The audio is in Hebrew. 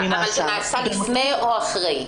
אבל זה נעשה לפני או אחרי?